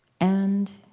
and